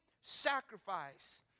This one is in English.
sacrifice